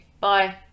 Bye